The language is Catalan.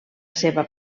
seva